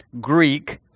Greek